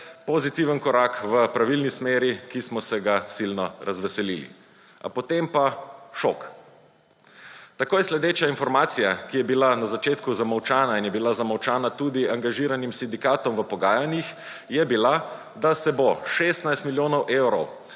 pozitiven korak v pravilni smeri, ki smo se ga silno razvesili. Potem pa šok. Takoj sledeča informacija, ki je bila na začetku zamolčana in je bila zamolčana tudi angažiranim sindikatom v pogajanjih, je bila, da se bo 16 milijonov evrov